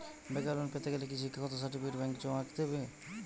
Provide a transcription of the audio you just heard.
বেকার লোন পেতে গেলে কি শিক্ষাগত সার্টিফিকেট ব্যাঙ্ক জমা রেখে দেবে?